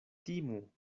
timu